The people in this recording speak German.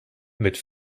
mit